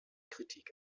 kritik